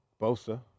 Bosa